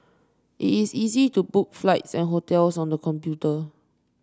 it is easy to book flights and hotels on the computer